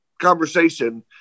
conversation